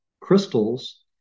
crystals